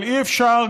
אבל אי-אפשר,